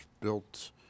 built